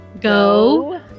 Go